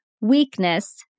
weakness